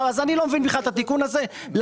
לכן, אני בכלל לא מבין למה התיקון הזה כאן.